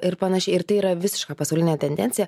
ir panašiai ir tai yra visiška pasaulinė tendencija